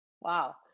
Wow